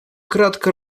кратко